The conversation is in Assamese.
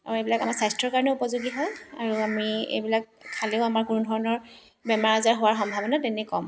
আৰু এইবিলাক আমাৰ স্বাস্থ্যৰ কাৰণেও উপযোগী হয় আৰু আমি এইবিলাক খালেও আমাৰ কোনো ধৰণৰ বেমাৰ আজাৰ হোৱাৰ সম্ভাৱনা তেনেই কম